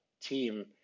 team